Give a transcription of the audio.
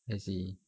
I see